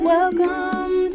Welcome